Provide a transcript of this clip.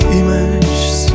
images